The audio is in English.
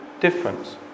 difference